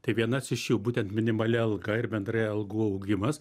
tai vienas iš jų būtent minimali alga ir bendrai algų augimas